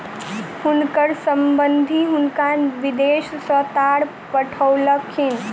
हुनकर संबंधि हुनका विदेश सॅ तार पठौलखिन